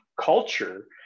culture